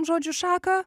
žodžiu šaką